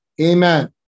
Amen।